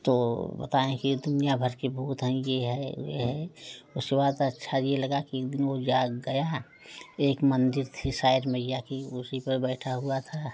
तो बताएँ कि दुनिया भर के भूत हैं यह है यह है उसके बाद अच्छा यह लगा कि एक दिन वह जाग गया एक मंदिर थी शायज मईया की उसी पर बैठा हुआ था